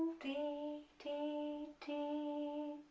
d, d, d